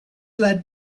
led